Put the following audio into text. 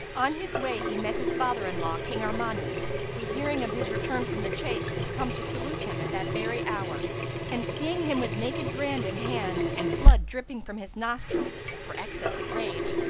on his way he met his father in-law, king armanus who, hearing of his return from the chase, had come to salute him at that very hour and, seeing him with naked brand in hand and blood dripping from his nostrils, for excess of rage,